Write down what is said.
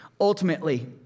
Ultimately